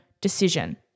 decision